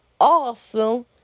awesome